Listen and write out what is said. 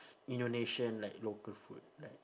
indonesian like local food right